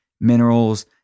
minerals